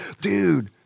Dude